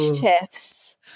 chips